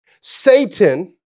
Satan